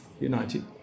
United